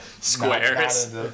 squares